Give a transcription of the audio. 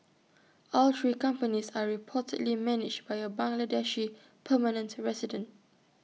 all three companies are reportedly managed by A Bangladeshi permanent resident